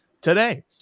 today